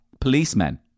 policemen